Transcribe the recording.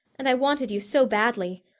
and i wanted you so badly.